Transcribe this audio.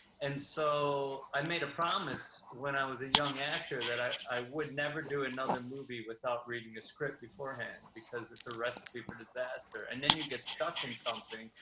and so, i made a promise when i was a young actor that i would never do another movie without reading a script beforehand because it's a recipe for disaster. and then you get stuck in something.